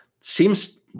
Seems